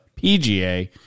PGA